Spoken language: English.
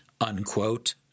unquote